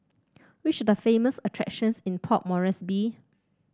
which the famous attractions in Port Moresby